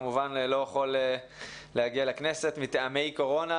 כמובן, לא יכול להגיע לכנסת מטעמי קורונה.